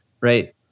Right